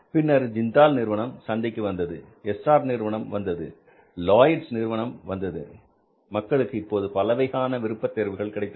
பின்னர் ஜிந்தால் நிறுவனம் சந்தைக்கு வந்தது எஸ் ஆர் நிறுவனம் வந்தது லாயிட் நிறுவனம் வந்தது மக்களுக்கு இப்போது பலவகையான விருப்பத்தேர்வுகள் கிடைத்தது